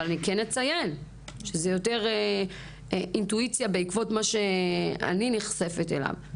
אבל אני כן אציין שזה יותר אינטואיציה בעקבות מה שאני נחשפת אליו,